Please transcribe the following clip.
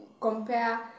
compare